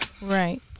Right